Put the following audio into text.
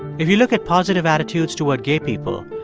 if you look at positive attitudes toward gay people,